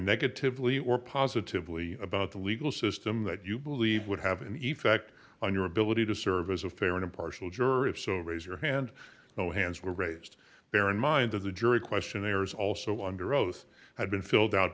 negatively or positively about the legal system that you believe would have an effect on your ability to serve as a fair and impartial jury if so raise your hand no hands were raised bear in mind that the jury questionnaires also under oath had been filled out